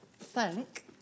thank